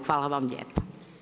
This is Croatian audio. Hvala vam lijepo.